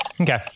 Okay